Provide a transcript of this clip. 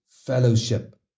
fellowship